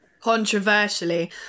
controversially